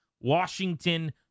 Washington